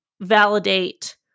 validate